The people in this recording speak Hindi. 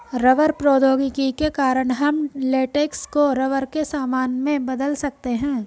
रबर प्रौद्योगिकी के कारण हम लेटेक्स को रबर के सामान में बदल सकते हैं